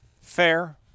Fair